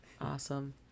Awesome